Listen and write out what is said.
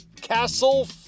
Castle